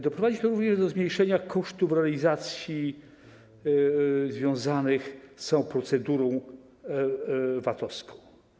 Doprowadzi to także do zmniejszenia kosztów realizacji związanych z całą procedurą VAT-owską.